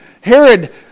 Herod